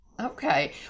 Okay